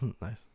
Nice